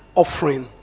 offering